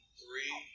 three